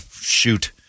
shoot